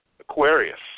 Aquarius